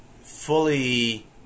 fully